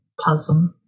puzzle